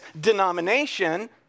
denomination